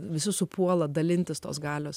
visus puola dalintis tos galios